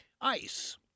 ICE